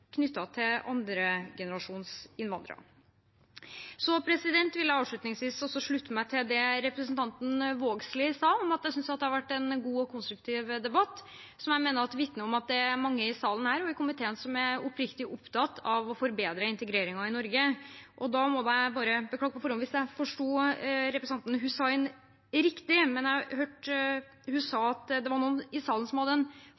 til andregenerasjons innvandrere. Jeg vil avslutningsvis også slutte meg til det representanten Vågslid sa. Jeg synes det har vært en god og konstruktiv debatt, som jeg mener vitner om at det er mange i salen her og i komiteen som er oppriktig opptatt av å forbedre integreringen i Norge. Jeg må bare beklage på forhånd hvis jeg ikke forstod representanten Hussein riktig, men jeg hørte henne si at det var noen i salen som hadde